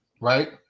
right